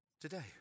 Today